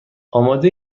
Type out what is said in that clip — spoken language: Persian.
آماده